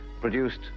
produced